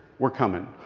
we're coming.